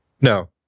No